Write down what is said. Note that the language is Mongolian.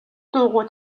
дуугүй